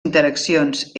interaccions